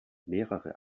mehrere